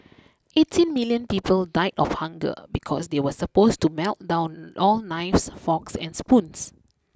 eighteen million people died of hunger because they were supposed to melt down all knives forks and spoons